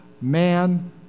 man